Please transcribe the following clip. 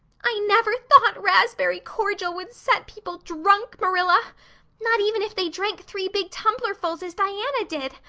i never thought raspberry cordial would set people drunk, marilla not even if they drank three big tumblerfuls as diana did.